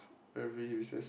every recess